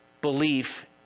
belief